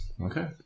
Okay